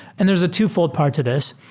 and there's a two-fold part to this.